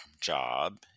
job